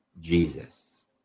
Jesus